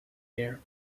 meer